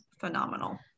phenomenal